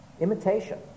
Imitation